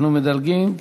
אנחנו מדלגים.